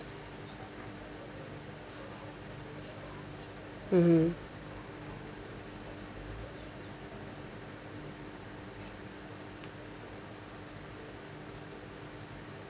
mmhmm